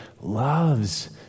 loves